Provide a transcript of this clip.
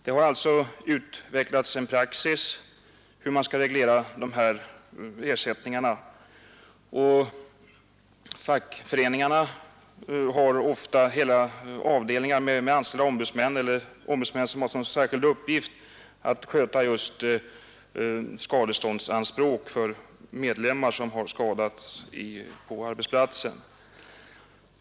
Det har alltså utvecklats en praxis gällande regleringen av dessa ersättningar, och fackföreningarna har ofta hela avdelningar med anställda ombudsmän som har till särskild uppgift att sköta just skadeståndsanspråk för medlemmar som har skadats på arbetsplatsen.